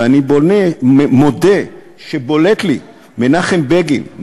ואני מודה שבולט לי מנחם בגין,